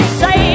say